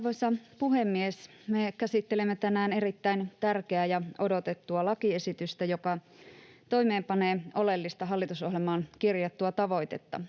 Arvoisa puhemies! Me käsittelemme tänään erittäin tärkeää ja odotettua lakiesitystä, joka toimeenpanee oleellista hallitusohjelmaan kirjattua tavoitetta.